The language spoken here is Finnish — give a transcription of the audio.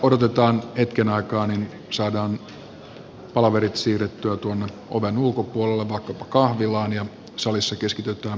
odotetaan hetken aikaa niin saadaan palaverit siirrettyä tuonne oven ulkopuolelle vaikkapa kahvilaan ja salissa keskitytään puhujan asiaan